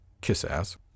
Kiss-ass